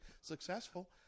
successful